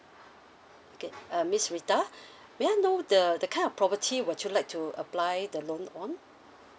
okay uh miss rita may I know the the kind of property would you like to apply the loan on